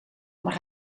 maar